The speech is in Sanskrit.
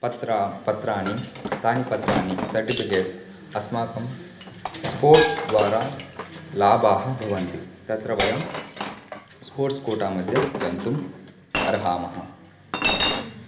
पत्रं पत्राणि तानि पत्राणि सर्टिफ़िकेट्स् अस्माकं स्पोर्ट्स् द्वारा लाभाः भवन्ति तत्र वयम् स्पोर्ट्स् कोटा मध्ये गन्तुम् अर्हामः इति